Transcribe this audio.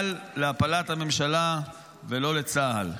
אבל להפלת הממשלה ולא לצה"ל.